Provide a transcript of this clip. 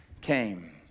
came